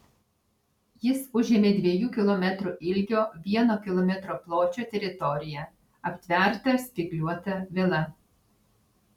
jis užėmė dviejų kilometrų ilgio vieno kilometro pločio teritoriją aptvertą spygliuota viela